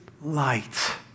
light